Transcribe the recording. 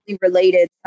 related